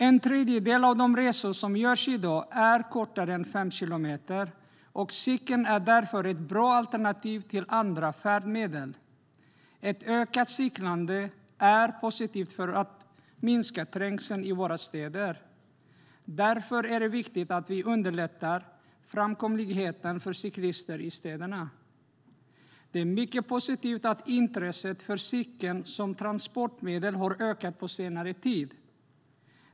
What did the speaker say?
En tredjedel av de resor som görs i dag är kortare än fem kilometer och cykeln är därför ett bra alternativ till andra färdmedel. Ett ökat cyklande är positivt för att minska trängseln i våra städer. Därför är det viktigt att vi underlättar framkomligheten för cyklister i städerna. Det är mycket positivt att intresset för cykeln som transportmedel har ökat på senare tid.